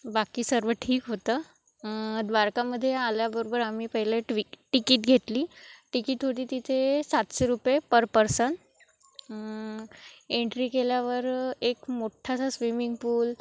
बाकी सर्व ठीक होतं द्वारकामध्ये आल्याबरोबर आम्ही पहिले ट्विक तिकीट घेतली तिकीट होती तिथे सातशे रुपये पर पर्सन एंट्री केल्यावर एक मोठ्ठासा स्विमिंग पूल